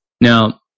Now